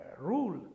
rule